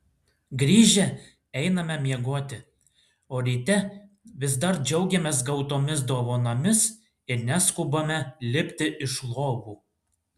grįžę einame miegoti o ryte vis dar džiaugiamės gautomis dovanomis ir neskubame lipti iš lovų